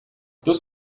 those